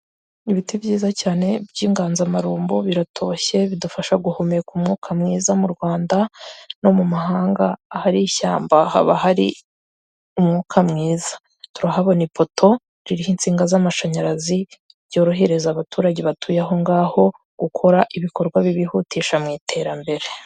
ibiti byiza cyane by'inganzamarumbo, biratoshye bidufasha guhumeka umwuka mwiza mu Rwanda no mu mahanga, ahari ishyamba haba hari umwuka mwiza, turahabona ipoto ririho insinga z'amashanyarazi byorohereza abaturage batuye aho ngaho gukora ibikorwa bibihutisha mu iterambere.